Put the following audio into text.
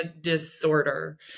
disorder